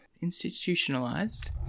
institutionalized